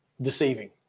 deceiving